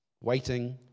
waiting